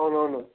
అవునవును